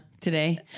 today